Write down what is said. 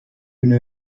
une